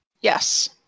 Yes